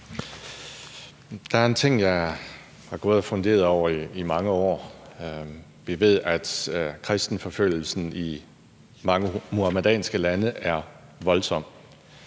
Der er en ting, jeg har gået og funderet over i mange år. Vi ved, at kristenforfølgelsen i mange muhammedanske lande er voldsom.